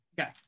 Okay